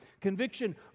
Conviction